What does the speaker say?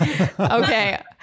Okay